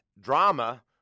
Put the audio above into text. drama